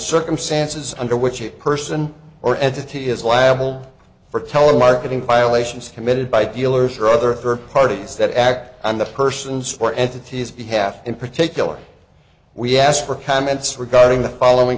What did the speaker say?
circumstances under which a person or entity is laughable for telemarketing violations committed by dealers or other parties that act on the persons for entities behalf in particular we ask for comments regarding the following